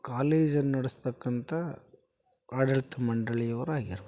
ಕಾಲೇಜನ್ನ ನಡ್ಸ್ತಕ್ಕಂಥ ಆಡಳಿತ ಮಂಡಳಿ ಅವರಾಗಿರ್ಬೋದು